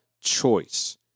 choice